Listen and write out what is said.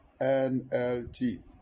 NLT